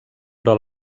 però